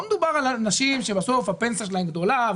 לא מדובר על נשים שהפנסיה שלהן גדולה,